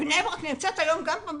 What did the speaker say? כשבני ברק נמצאת היום בסגר.